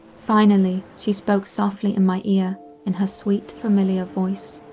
finally, she spoke softly in my ear in her sweet familiar voice.